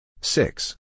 Six